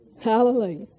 Hallelujah